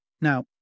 Now